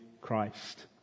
Christ